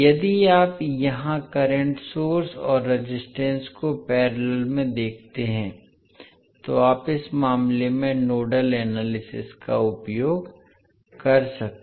यदि आप यहां करंट सोर्स और रेजिस्टेंस को पैरेलल में देखते हैं तो आप इस मामले में नोडल एनालिसिस का उपयोग कर सकते हैं